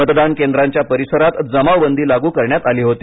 मतदान केंद्रांच्या परिसरात जमावबंदी लागू करण्यात आली होती